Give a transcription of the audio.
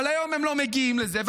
אבל היום הם לא מגיעים לזה,